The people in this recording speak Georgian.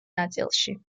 ნაწილში